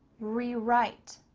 rewrite,